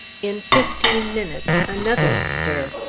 in fifteen minutes, another stir.